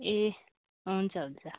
ए हुन्छ हुन्छ